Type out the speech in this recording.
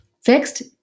Fixed